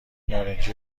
نارنجی